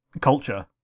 culture